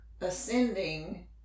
ascending